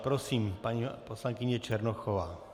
Prosím, paní poslankyně Černochová.